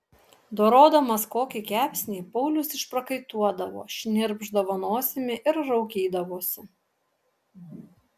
dorodamas kokį kepsnį paulius išprakaituodavo šnirpšdavo nosimi ir raukydavosi